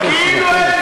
כאילו אין